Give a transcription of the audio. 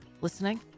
listening